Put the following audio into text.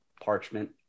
parchment